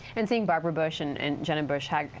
and seeing barbara bush and and jenna bush ah